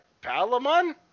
Palamon